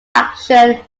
action